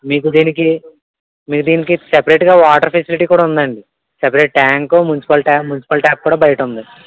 మీకు దీనికి మీరు దీనికి సపరేట్గా వాటర్ ఫెసిలిటీ కూడా ఉంది అండి సపరేట్ ట్యాంక్ మున్సిపల్ ట్యా మున్సిపల్ ట్యాప్ కూడా బయట ఉంది